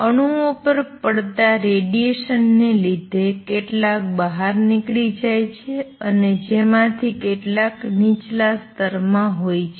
અણુઓ પર પડતા રેડિએશન ને લીધે કેટલાક બહાર નીકળી જાય છે અને જેમાંથી કેટલાક નીચલા સ્તર માં હોય છે